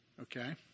Okay